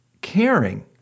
caring